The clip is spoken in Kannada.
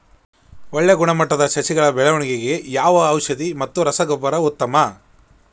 ಒಳ್ಳೆ ಗುಣಮಟ್ಟದ ಸಸಿಗಳ ಬೆಳವಣೆಗೆಗೆ ಯಾವ ಔಷಧಿ ಮತ್ತು ರಸಗೊಬ್ಬರ ಉತ್ತಮ?